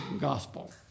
gospel